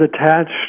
attached